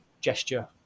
gesture